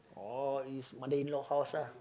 oh is mother in law house lah